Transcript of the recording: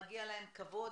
מגיע להם כבוד,